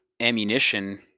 ammunition